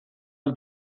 bat